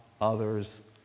others